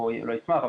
לא ישמח,